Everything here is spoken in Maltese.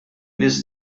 nies